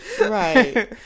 right